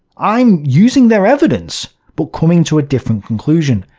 i'm using their evidence, but coming to a different conclusion,